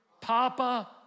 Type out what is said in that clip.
Papa